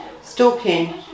stalking